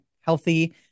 healthy